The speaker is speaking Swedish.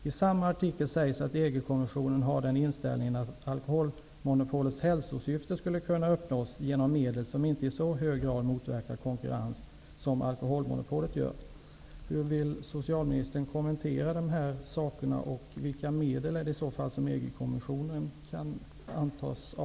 I samma artikel sägs att EG kommissionen har den inställningen att alkoholmonopolets hälsosyfte skulle kunna uppnås genom medel som inte i så hög grad motverkar konkurrens som alkoholmonopolet gör. kommissionen kan antas avse i detta sammanhang?